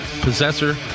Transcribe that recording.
Possessor